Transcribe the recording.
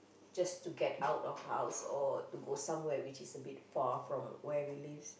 just to get out of house or to go somewhere which is a bit far from where we live